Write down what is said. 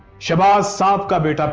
shahbaz's ah but